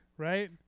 Right